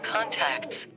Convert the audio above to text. Contacts